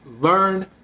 learn